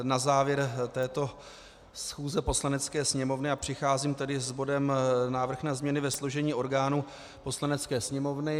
Na závěr této schůze Poslanecké sněmovny přicházím s bodem Návrh na změny ve složení orgánů Poslanecké sněmovny.